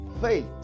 faith